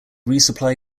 resupply